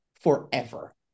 forever